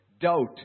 doubt